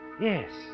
Yes